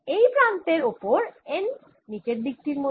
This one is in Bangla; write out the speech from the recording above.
এই প্রান্তের উপর n নিচের দিকটির মত